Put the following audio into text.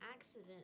accident